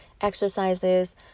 Exercises